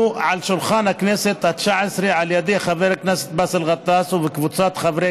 שולחן הכנסת התשע עשרה על ידי חבר הכנסת באסל גטאס וקבוצת חברי